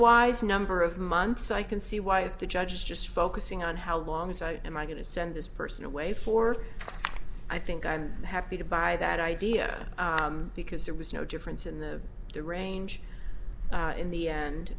wise number of months i can see why the judge is just focusing on how long as i am i going to send this person away for i think i'm happy to buy that idea because there was no difference in the the range in the end